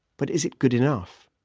but is it good enough?